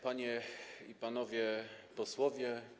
Panie i Panowie Posłowie!